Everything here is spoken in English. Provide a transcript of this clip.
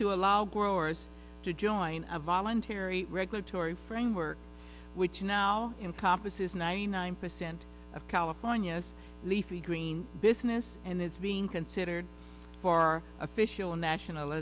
to allow growers to join a voluntary regulatory framework which now in kopassus ninety nine percent of california's leafy green business and it's being considered for official national